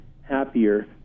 happier